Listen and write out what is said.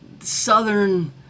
Southern